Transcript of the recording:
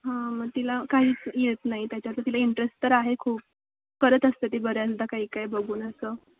हां मग तिला काहीच येत नाही त्याच्यात तिला इंटरेस्ट तर आहे खूप करत असते ती बऱ्याचदा काही काही बघून असं